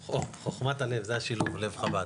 חכמת הלב, זה השילוב לב חב"ד.